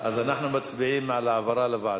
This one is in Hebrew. אז אנחנו מצביעים על העברה לוועדה.